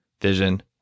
vision